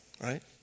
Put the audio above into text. right